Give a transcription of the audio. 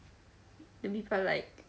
then this are like